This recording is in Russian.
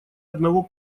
одного